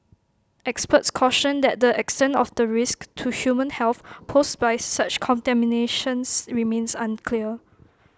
experts cautioned that the extent of the risk to human health posed by such contaminations remains unclear